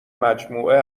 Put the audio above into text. مجموعه